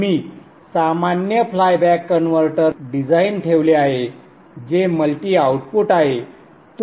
मी सामान्य flyback converter design ठेवले आहे जे मल्टी आउटपुट आहे